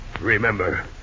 Remember